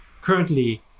currently